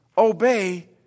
Obey